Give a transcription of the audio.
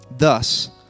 Thus